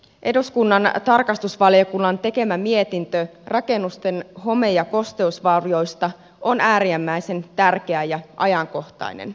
eduskunnan tarkastusvaliokunnan tekemä mietintö rakennusten home ja kosteusvaurioista on äärimmäisen tärkeä ja ajankohtainen